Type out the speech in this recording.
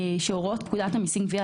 שהוראות פקודת המסים (גבייה),